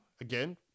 again